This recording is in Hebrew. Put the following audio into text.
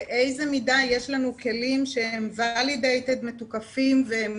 באיזה מידה יש לנו כלים שהם מתוקפים והם